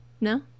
No